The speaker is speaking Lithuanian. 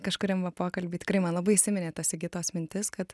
kažkuriam va pokalby tikrai man labai įsiminė ta sigitos mintis kad